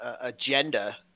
agenda